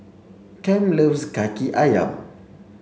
Kem loves Kaki Ayam